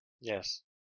Yes